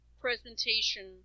presentation